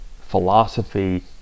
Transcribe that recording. philosophy